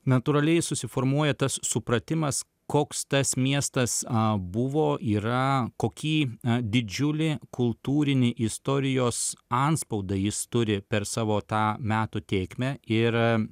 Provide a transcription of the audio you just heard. natūraliai susiformuoja tas supratimas koks tas miestas a buvo yra kokį didžiulį kultūrinį istorijos antspaudą jis turi per savo tą metų tėkmę ir